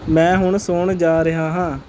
ਮੈਂ ਹੁਣ ਸੌਣ ਜਾ ਰਿਹਾ ਹਾਂ